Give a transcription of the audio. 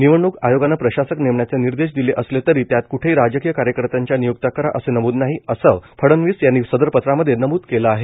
निवडणूक आयोगाने प्रशासक नेमण्याचे निर्देश दिले असले तरी त्यात क्ठेही राजकीय कार्यकर्त्यांच्या नियुक्त्या करा असे नमूद नाही असं फडणवीस यांनी सदर पत्रामध्ये नमूद केले आहे